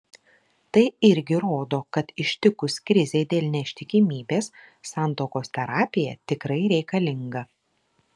tai irgi rodo kad ištikus krizei dėl neištikimybės santuokos terapija tikrai reikalinga